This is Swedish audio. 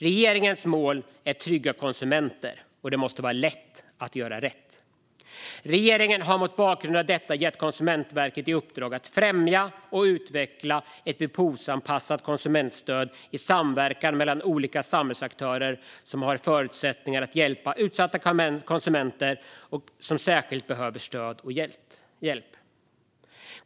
Regeringens mål är trygga konsumenter, och det måste vara lätt att göra rätt. Regeringen har mot bakgrund av detta gett Konsumentverket i uppdrag att främja och utveckla ett behovsanpassat konsumentstöd i samverkan mellan olika samhällsaktörer som har förutsättningar att hjälpa utsatta konsumenter som särskilt behöver stöd och hjälp.